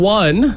one